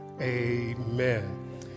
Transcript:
Amen